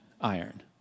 iron